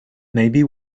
maybe